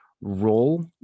role